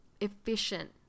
efficient